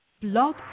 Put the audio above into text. Blog